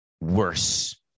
Worse